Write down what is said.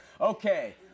okay